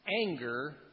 anger